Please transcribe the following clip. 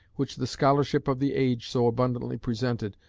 which the scholarship of the age so abundantly presented,